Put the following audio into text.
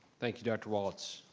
thank you, dr. walts.